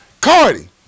Cardi